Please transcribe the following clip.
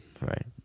right